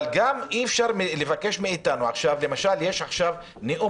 אבל גם אי-אפשר לבקש מאיתנו עכשיו למשל יש עכשיו נאום